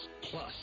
Plus